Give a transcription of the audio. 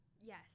Yes